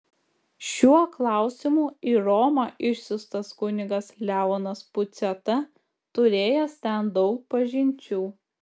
šiuo klausimu į romą išsiųstas kunigas leonas puciata turėjęs ten daug pažinčių